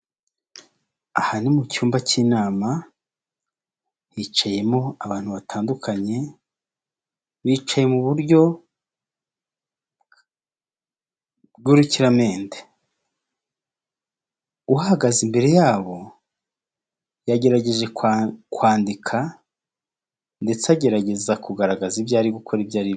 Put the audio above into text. Aha ni mu cyumba cy'inama, hicayemo abantu batandukanye, bicaye mu buryo bw'urukiramende, uhagaze imbere yabo yagerageje kwandika ndetse agerageza kugaragaza ibyo ari gukora ibyo arimo.